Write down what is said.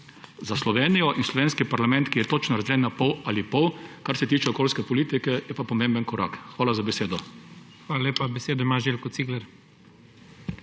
za Slovenijo in slovenski parlament, ki je točno razdeljen na pol ali pol, kar se tiče okoljske politike, je pa pomemben korak. Hvala za besedo. PREDSEDNIK IGOR ZORČIČ: Hvala lepa. Besedo ima Željko Cigler.